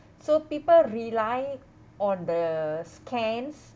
so people rely on the scans